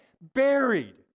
buried